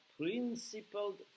principled